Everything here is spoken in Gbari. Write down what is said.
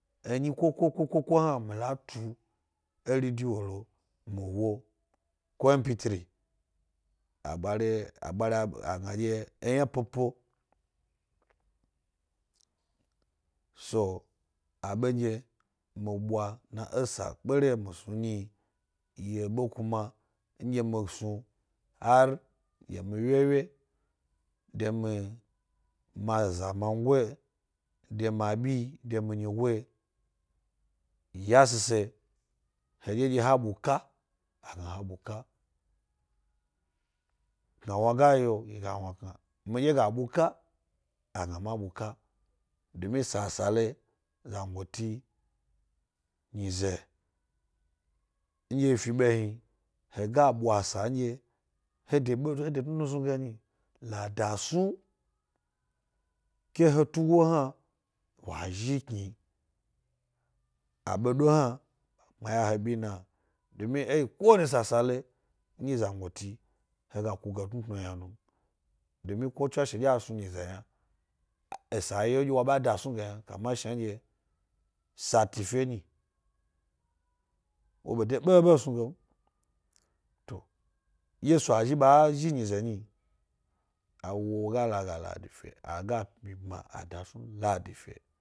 Enyi ko-ko-ko hna mi la tu e radio lo. mi wo ko mp3 agbari a gna ɗye eyna popo. So, aɓenɗye mi ɓwa dna e esa pkere’o mi snu nyi, yi ebe kuma nɗye mi snu hari gi mi wye wye de ma zamangoyi, de mi abi de mi nyigo yi yashise heɗye nɗye ha buka, a gna ha buka. Knawna ga ye. o yi ga wna kna. miɗye ga buka, agna ma buka. Domi sasale zangoti nyize ndye yi fi ɓe hni, he ga ɓwa sa nɗye he de tnutnu snug e nyi, la da snu k he tugi hna, wa zhi kni. aɓedo hna, ɓa kpmaya e he bina, domi e yi ko wani sasale nɗye zangoti he ga kuge etnutnu yna nu m. domi ko tshwashe ɗye asnu nyize yna, esa a ye’o nɗye wa nɗye wa ɓa nyi, wo ɓe de ɓeɓe snug e m. to, yesu ghi ɓa zhi nyize nyi, a wu wo woga lag age a ga snu pma adasnu ladife.